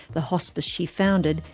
the hospice she founded,